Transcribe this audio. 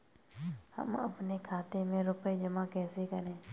हम अपने खाते में रुपए जमा कैसे करें?